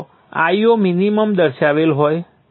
જ્યાં Io minimum દર્શાવેલ હોય